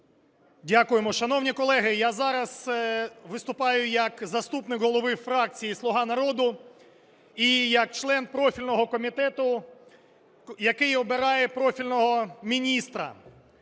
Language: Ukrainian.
Дякуємо. Шановні колеги, я зараз виступаю як заступник голови фракції "Слуга народу" і як член профільного комітету, який обирає профільного міністра.